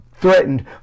threatened